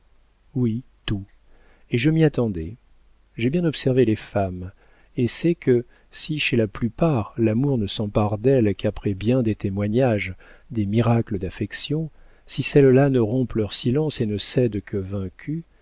oui tout et je m'y attendais j'ai bien observé les femmes et sais que si chez la plupart l'amour ne s'empare d'elles qu'après bien des témoignages des miracles d'affection si celles-là ne rompent leur silence et ne cèdent que vaincues